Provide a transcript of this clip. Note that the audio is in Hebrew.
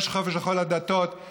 יש חופש לכל הדתות.